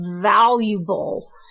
valuable